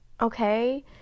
okay